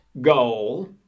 goal